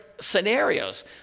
scenarios